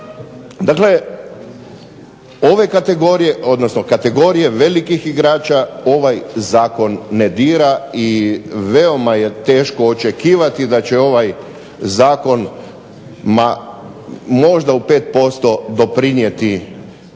djelovati. Dakle, kategorije velikih igrača ovaj zakon ne dira i veoma je teško očekivati da će ovaj zakon možda u 5% doprinijeti borbi